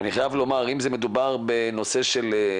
אני חייב לומר שאם מדובר בנושא של,